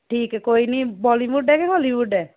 ਠੀਕ ਹੈ ਕੋਈ ਨਹੀਂ ਬਾਲੀਵੁੱਡ ਹੈ ਕਿ ਹਾਲੀਵੁੱਡ ਹੈ